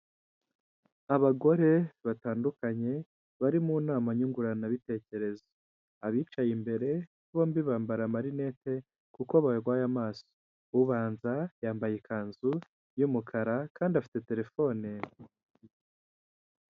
Abagore batandukanye bari mu nama nyunguranabitekerezo, abicaye imbere bombi bambara amarinete kuko barwaye amaso, ubanza yambaye ikanzu y'umukara kandi afite telefone.